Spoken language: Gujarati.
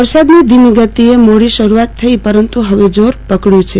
વરસાદની ધીમી ગતીએ મોડી શરૂઆત થઈ પરંતુ હવે જોર પકડ્યુ છે